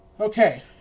Okay